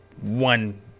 one